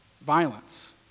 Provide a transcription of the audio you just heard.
violence